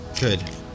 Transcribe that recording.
Good